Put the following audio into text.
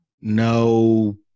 No